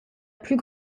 plus